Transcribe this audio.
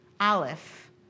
Aleph